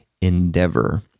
endeavor